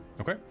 Okay